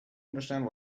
understand